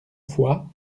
fois